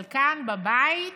אבל כאן בבית,